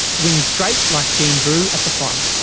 wings straight like jean drew at the fire.